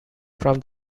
from